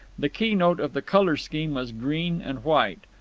the key-note of the colour-scheme was green and white.